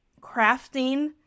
crafting